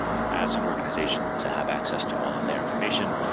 as an organization, to have access to all of their information.